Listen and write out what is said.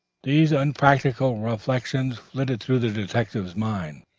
these unpractical reflections flitted through the detective's mind,